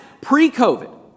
pre-COVID